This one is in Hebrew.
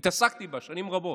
התעסקתי בה שנים רבות.